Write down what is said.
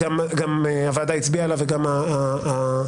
הוועדה הצביעה עליו וגם המליאה,